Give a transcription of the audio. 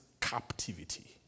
captivity